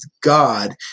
God